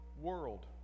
world